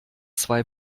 zwei